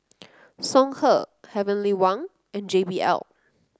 Songhe Heavenly Wang and J B L